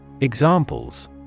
Examples